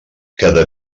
cada